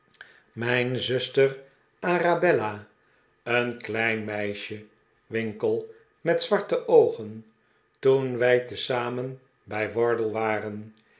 mijn zuster arabella een klein meisje winkle met zwarte oogen toen wij tezamen bij wardle waren